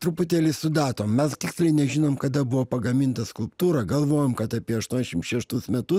truputėlį su datom mes tiksliai nežinom kada buvo pagaminta skulptūra galvojom kad apie aštuoniasdešim šeštus metus